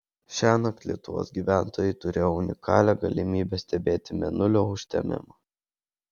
šiąnakt lietuvos gyventojai turėjo unikalią galimybę stebėti mėnulio užtemimą